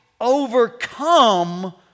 overcome